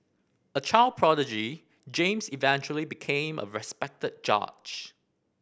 a child prodigy James eventually became a respected judge